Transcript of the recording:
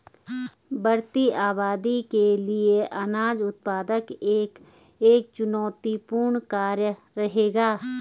बढ़ती आबादी के लिए अनाज उत्पादन एक चुनौतीपूर्ण कार्य रहेगा